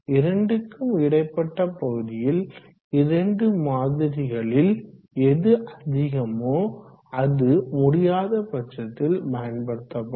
இரண்டுக்கும் இடைப்பட்ட பகுதியில் 2 மாதிரிகளில் எது அதிகமோ அது முடியாத பட்சத்தில் பயன்படுத்தப்படும்